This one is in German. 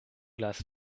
glas